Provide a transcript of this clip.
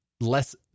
less